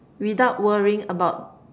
without worrying about